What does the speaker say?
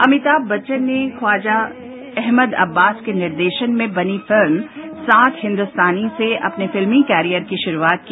अमिताभ बच्चन ने ख्वाजा अहमद अब्बास के निर्देशन में बनी फिल्म सात हिन्दुस्तानी से अपने फिल्मी कैरियर की शुरुआत की